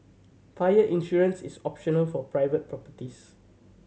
fire insurance is optional for private properties